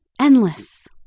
endless